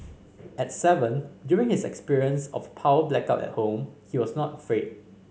at seven during his experience of power blackout at home he was not afraid